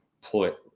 put